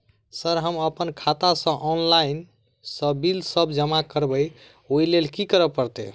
Sir हम अप्पन खाता सऽ ऑनलाइन सऽ बिल सब जमा करबैई ओई लैल की करऽ परतै?